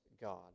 God